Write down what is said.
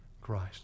Christ